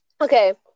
Okay